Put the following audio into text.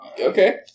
Okay